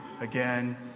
again